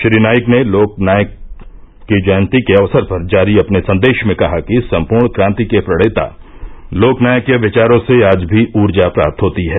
श्री नाईक ने लोकनायक की जयंती के अवसर पर जारी अपने संदेश में कहा कि सम्पूर्ण क्रांति के प्रणेता लोकनायक के विचारो से आज भी ऊर्जा प्राप्त होती है